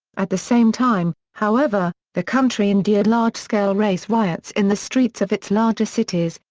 at the same time, however, the country endured large-scale race riots in the streets of its larger cities,